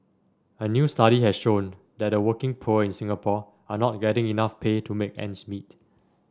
a new study has shown that the working poor in Singapore are not getting enough pay to make ends meet